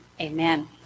amen